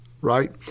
Right